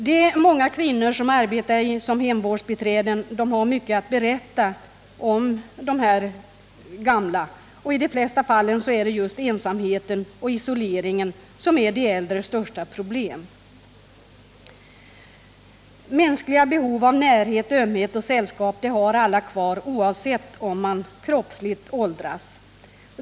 De många kvinnor som arbetar som hemvårdsbiträden har mycket att berätta om de gamla. I de flesta fall är det just ensamheten och isoleringen som är de äldres största problem. Mänskliga behov av närhet, ömhet och sällskap har alla kvar, oavsett om man kroppsligt åldras.